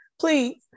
please